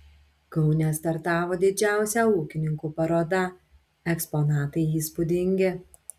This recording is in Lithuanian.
kaune startavo didžiausia ūkininkų paroda eksponatai įspūdingi